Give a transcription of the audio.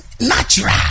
natural